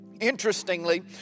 Interestingly